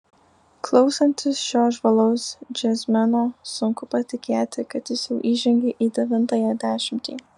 klausantis šio žvalaus džiazmeno sunku patikėti kad jis jau įžengė į devintąją dešimtį